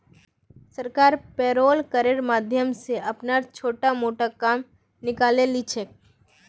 सरकार पेरोल करेर माध्यम स अपनार छोटो मोटो काम निकाले ली छेक